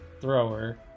thrower